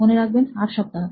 মনে রেখো 8 সপ্তাহ